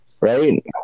Right